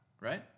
right